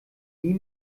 nie